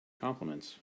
compliments